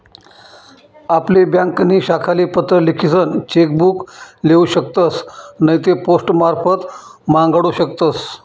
आपली ब्यांकनी शाखाले पत्र लिखीसन चेक बुक लेऊ शकतस नैते पोस्टमारफत मांगाडू शकतस